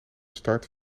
start